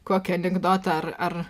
kokį anekdotą ar ar